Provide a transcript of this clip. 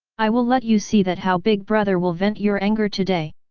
i will let you see that how big brother will vent your anger today.